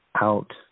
out